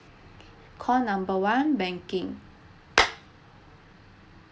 call number one banking